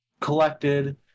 collected